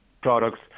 products